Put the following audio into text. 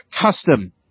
Custom